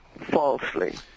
falsely